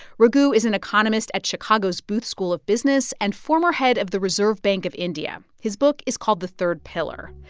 raghu is an economist at chicago's booth school of business and former head of the reserve bank of india. his book is called the third pillar.